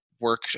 work